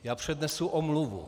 Já přednesu omluvu.